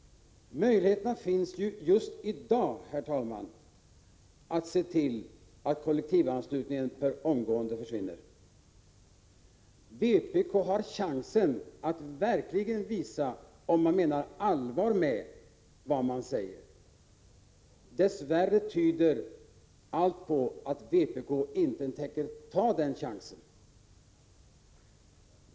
Möjligheterna finns ju just i dag, herr talman, att se till att kollektivanslutningen per omgående försvinner. Vpk har chansen att verkligen visa att de menar allvar med det de säger. Dess värre tyder allt på att vpk inte tänker ta den chansen.